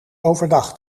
overdag